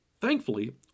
Thankfully